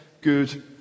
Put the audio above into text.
good